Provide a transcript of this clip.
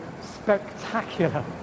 spectacular